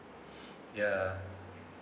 ya